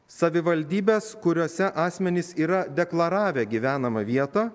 savivaldybės kuriose asmenys yra deklaravę gyvenamą vietą